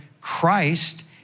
Christ